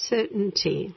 Certainty